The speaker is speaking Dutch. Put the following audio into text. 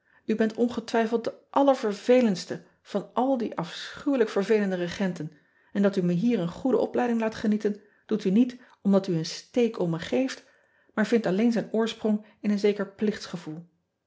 bent ongetwijfeld de allervervelendste van al die afschuwelijk vervelende egenten en dat me hier een goede opleiding at genieten doet niet omdat een steek om me geeft maar vindt alleen zijn oorsprong in een zeker